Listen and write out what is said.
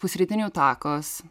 pusrytinių takos